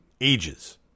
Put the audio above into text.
ages